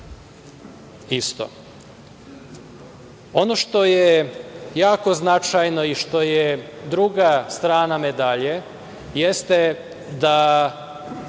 isto. Ono što je jako značajno i što je druga strana medalje, jeste da